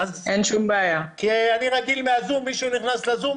אני רגיל מהזום שמישהו נכנס לזום,